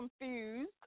confused